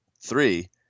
three